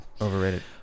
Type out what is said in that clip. overrated